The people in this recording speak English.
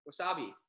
Wasabi